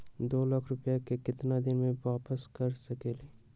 दो लाख रुपया के केतना दिन में वापस कर सकेली?